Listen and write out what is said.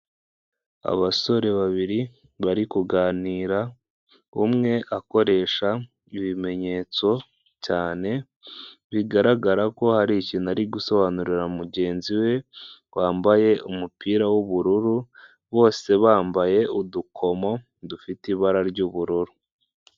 Abasore babiri bari kuganira umwe akoresha ibimenyetso cyane, bigaragara ko hari ikintu ari gusobanurira mugenzi we wambaye umupira w'ubururu bose bambaye udukomo dufite ibara ry'ubururu.